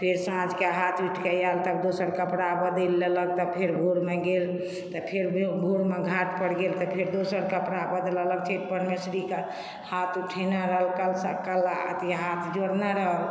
फेर साँझकेँ हाथ उठि कऽ आयल तऽ दोसर कपड़ा बदलि लेलक तऽ फेर भोरमे गेल तऽ फेर भोरमे घाटपर गेल तऽ फेर दोसर कपड़ा बदललक छठि परमेश्वरीकेँ हाथ उठेने रहल ओकर कला अथी हाथ जोड़ने रहल